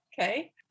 okay